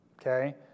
Okay